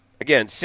again